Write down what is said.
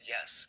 Yes